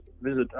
visit